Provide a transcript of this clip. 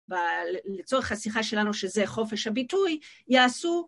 לצורך השיחה שלנו, שזה חופש הביטוי, יעשו...